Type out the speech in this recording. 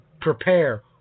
prepare